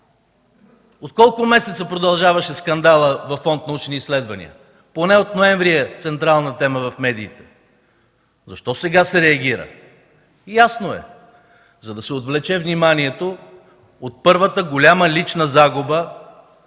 От колко месеца продължаваше скандалът във Фонд „Научни изследвания”? Поне от ноември е централна тема в медиите! Защо сега се реагира? Ясно е – за да се отвлече вниманието от първата голяма лична загуба